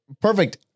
perfect